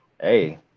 Hey